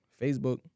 Facebook